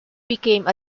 became